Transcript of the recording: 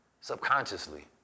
subconsciously